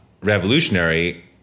revolutionary